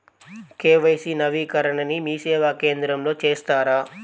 KYC నవీకరణని మీసేవా కేంద్రం లో చేస్తారా?